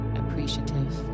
appreciative